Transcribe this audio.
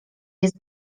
jest